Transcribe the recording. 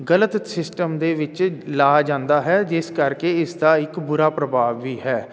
ਗਲਤ ਸਿਸਟਮ ਦੇ ਵਿੱਚ ਲਾ ਜਾਂਦਾ ਹੈ ਜਿਸ ਕਰਕੇ ਇਸ ਦਾ ਇੱਕ ਬੁਰਾ ਪ੍ਰਭਾਵ ਵੀ ਹੈ